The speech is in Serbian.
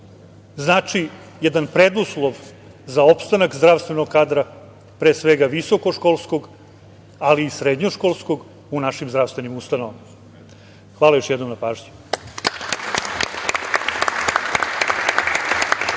znači jedan preduslov za opstanak zdravstvenog kadra, pre svega visokoškolskog, ali i srednjoškolskog u našem ustanovama. Hvala još jednom na pažnji.